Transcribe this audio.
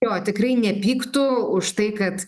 jo tikrai nepyktų už tai kad